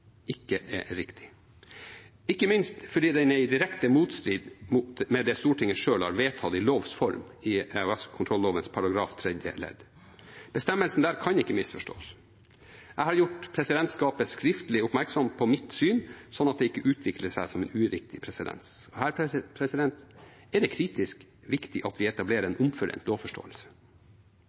ikke er riktig, ikke minst fordi den er i direkte motstrid med det Stortinget selv har vedtatt i lovs form, i EOS-kontrolloven § 11 tredje ledd. Bestemmelsen der kan ikke misforstås. Jeg har gjort presidentskapet skriftlig oppmerksom på mitt syn, sånn at dette ikke utvikler seg uriktig. Her er det kritisk viktig at vi etablerer en omforent lovforståelse.